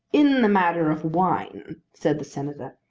in the matter of wine, said the senator,